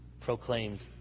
proclaimed